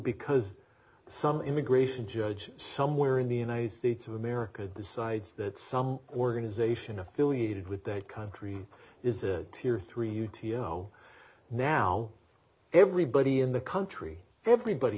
because some immigration judge some where in the united states of america decides that some organization affiliated with that country is a tier three you t l now everybody in the country everybody